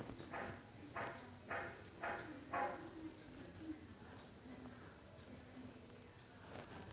ಭಾರತದಾಗ ನದಿ ಮೇನಾ, ಕೆರಿ ಮೇನಾ, ಸಮುದ್ರದ ಮೇನಾ ಅಂತಾ ಅವುಗಳ ಸಿಗೋ ಜಾಗದಮೇಲೆ ಬ್ಯಾರ್ಬ್ಯಾರೇ ಮಾರ್ಕೆಟಿನ್ಯಾಗ ಮಾರ್ತಾರ